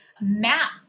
map